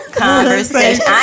conversation